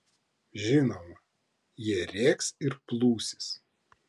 žinoma jie rėks ir plūsis